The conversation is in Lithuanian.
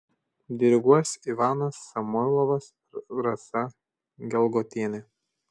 diriguos ivanas samoilovas ir rasa gelgotienė